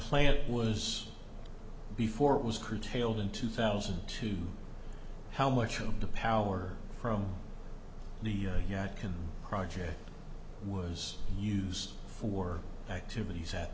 plant was before it was curtailed in two thousand to have much of the power from the yeah i can project was used for activities at